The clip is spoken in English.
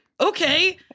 okay